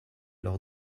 leur